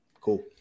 Cool